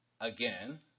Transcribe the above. Again